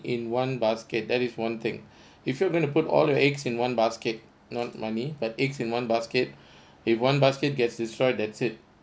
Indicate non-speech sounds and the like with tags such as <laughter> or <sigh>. in one basket that is one thing <breath> if you're going to put all your eggs in one basket not money but eggs in one basket <breath> if one basket gets destroyed that's it